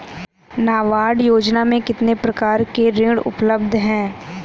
नाबार्ड योजना में कितने प्रकार के ऋण उपलब्ध हैं?